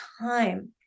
time